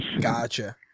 Gotcha